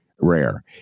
Rare